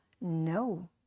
No